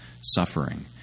suffering